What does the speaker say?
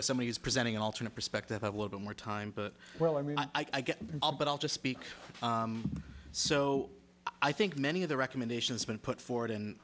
someone who's presenting an alternate perspective a little bit more time but well i mean i get all but i'll just speak so i think many of the recommendations been put forward